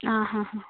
ആ ഹാ ഹാ